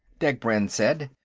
degbrend said.